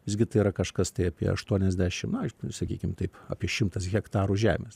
visgi tai yra kažkas tai apie aštuoniasdešim na sakykim taip apie šimtas hektarų žemės